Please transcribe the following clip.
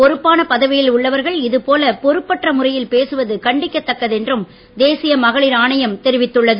பொறுப்பான பதவியில் உள்ளவர்கள் இதுபோல பொறுப்பற்ற முறையில் பேசுவது கண்டிக்கத்தக்கது என்றும் தேசிய மகளிர் ஆணையம் தெரிவித்துள்ளது